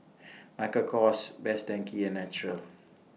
Michael Kors Best Denki and Naturel